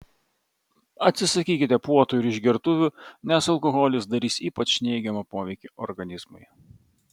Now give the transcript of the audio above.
atsisakykite puotų ir išgertuvių nes alkoholis darys ypač neigiamą poveikį organizmui